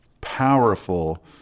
powerful